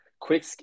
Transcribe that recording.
quick